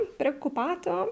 preoccupato